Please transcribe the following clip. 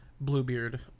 Bluebeard